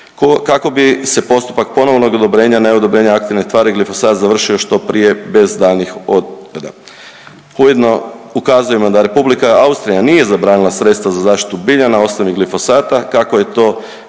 kako bi se postupak ponovno …/Govornik se ne razumije./… ne odobrenja aktivne tvari glifosat završio što prije bez daljnjih …/Govornik se ne razumije./… Ujedno ukazujemo da Republika Austrija nije zabranila sredstva za zaštitu bilja na osnovi glifosata kako je to